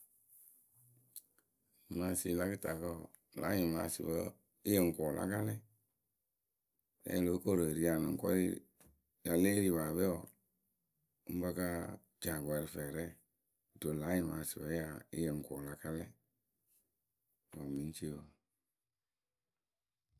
Nyɩmaasɩ la kɨtakǝ wǝǝ la anyɩmaasɩpǝ yɨŋ kʊʊ la ka lɛ. Rɛ lóo koru eri anɔkɔrɩ ya lée ri paape wǝǝ, ŋ pa ka ja agɔɛ rɨ fɛɛrɛ kɨto la anyɩmaasɩpǝ yɨ ŋ kʊʊ la ka lɛ. Wǝǝ mɨ ŋ cii wǝǝ.